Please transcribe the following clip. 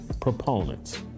proponents